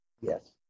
Yes